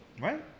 right